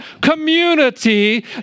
community